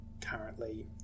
currently